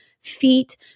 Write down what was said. feet